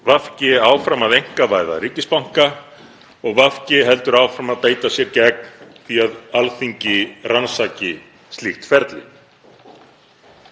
VG áfram að einkavæða ríkisbanka og VG heldur áfram að beita sér gegn því að Alþingi rannsaki slíkt ferli.